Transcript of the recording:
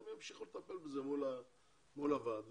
הם ימשיכו לטפל בזה מול הוועד וההנהלה.